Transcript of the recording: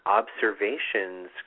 observations